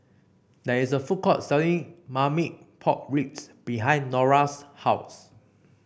there is a food court selling Marmite Pork Ribs behind Nora's house